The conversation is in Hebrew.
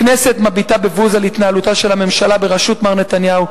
הכנסת מביטה בבוז על התנהלותה של הממשלה בראשות מר נתניהו,